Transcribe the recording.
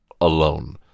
alone